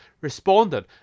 responded